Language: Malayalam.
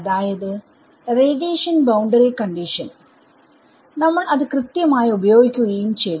അതായത് റേഡിയേഷൻ ബൌണ്ടറി കണ്ടിഷൻ നമ്മൾ അത് കൃത്യമായി ഉപയോഗിക്കുകയും ചെയ്തു